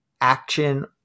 action